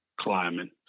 climbing